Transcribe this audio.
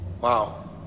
wow